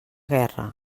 guerra